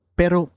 pero